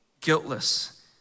guiltless